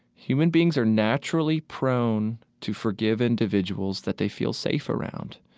human beings are naturally prone to forgive individuals that they feel safe around.